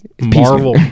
Marvel